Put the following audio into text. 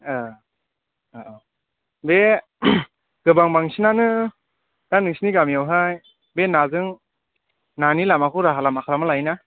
औ औ बे गोबां बांसिनानो दा नोंसोरनि गामियावहाय बे नाजों नानि लामाखौ राहा लामा खालामना लायो ना